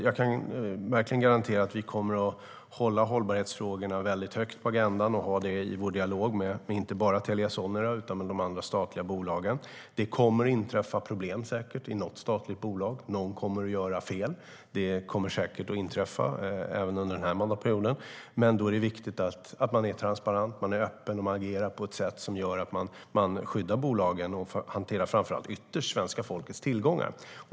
Jag kan garantera att vi kommer att behålla hållbarhetsfrågorna högt på agendan och ha dem i vår dialog, inte bara med Telia Sonera utan även med de andra statliga bolagen. Det kommer säkert att inträffa problem i något statligt bolag. Någon kommer att göra fel. Det kommer säkert att inträffa även under den här mandatperioden, men då är det viktigt att man är transparent och öppen och agerar på ett sätt som gör att man skyddar bolagen. Ytterst hanterar man svenska folkets tillgångar.